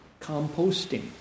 composting